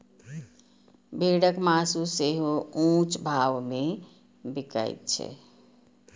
भेड़क मासु सेहो ऊंच भाव मे बिकाइत छै